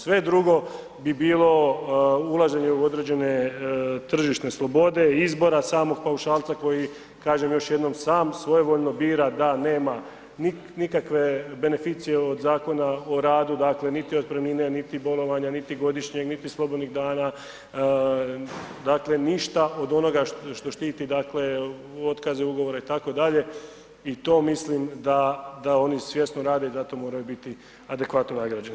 Sve drugo bi bilo ulaženje u određene tržišne slobode i izbora samog paušalca koji kažem još jednom, sam svojevoljno bira da nema nikakve beneficije od Zakon o radu, dakle niti otpremnine, niti bolovanja, niti godišnjeg, niti slobodnih dana, dakle ništa od onoga što štiti dakle otkaze ugovora itd. i to mislim da oni svjesno rade i za to moraju biti adekvatno nagrađeni.